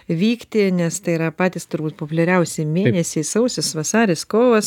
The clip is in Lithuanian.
vykti nes tai yra patys turbūt populiariausi mėnesiai sausis vasaris kovas